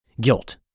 Guilt